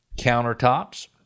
countertops